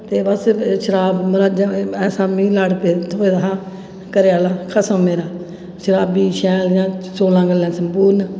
ते बस शराब मतलब ऐसा मीं लड़ थ्होए दा हा घरैआह्ला खसम मेरा शराबी शैल नेहा सोलां गल्लां संपूर्ण